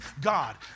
God